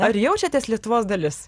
ar jaučiatės lietuvos dalis